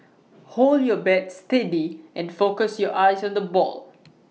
hold your bat steady and focus your eyes on the ball